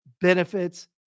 benefits